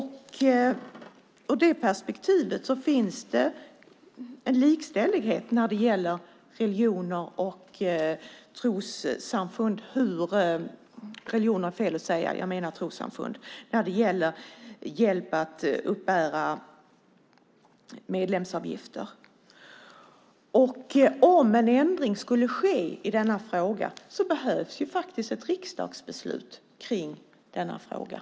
I det perspektivet finns det en likställighet mellan trossamfunden när det gäller hjälp att uppbära medlemsavgifter. Om en ändring skulle ske behövs ett riksdagsbeslut i frågan.